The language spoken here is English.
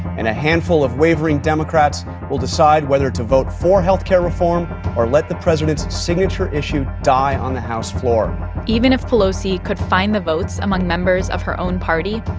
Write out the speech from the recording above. and a handful of wavering democrats will decide whether to vote for health care reform or let the president's signature issue die on the house floor even if pelosi could find the votes among members of her own party,